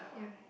yeah